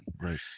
Right